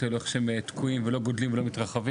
האלה ואיך שהם תקועים ולא גדלים ולא מתרחבים,